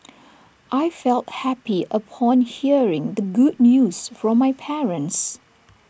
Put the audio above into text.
I felt happy upon hearing the good news from my parents